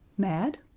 mad?